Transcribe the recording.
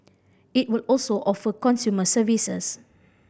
it will also offer consumer services